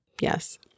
Yes